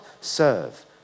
serve